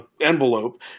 envelope